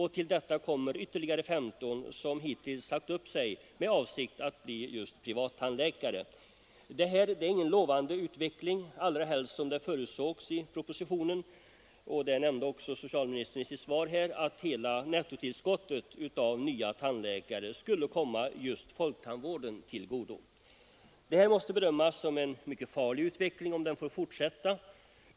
Härtill kommer ytterligare 15 som hittills sagt upp sig med avsikt att bli privattandläkare. Detta är ingen lovande utveckling, allra helst som den förutsågs i propositionen. Socialministern nämnde också i interpellationssvaret att hela nettotillskottet av nya tandläkare skulle komma folktandvården till godo. Det här måste bedömas som en mycket farlig utveckling, om den får fortsätta.